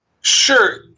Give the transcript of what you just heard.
Sure